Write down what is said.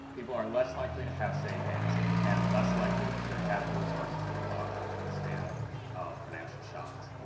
people are less likely to have savings and less likely to have the resources that would allow them to withstand financial shocks.